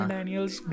Daniels